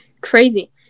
crazy